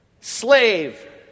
Slave